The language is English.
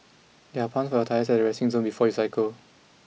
there are pumps for your tyres at the resting zone before you cycle